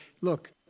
look